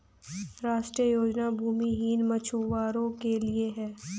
राष्ट्रीय योजना भूमिहीन मछुवारो के लिए है